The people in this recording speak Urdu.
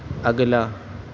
اگلا